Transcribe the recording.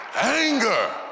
Anger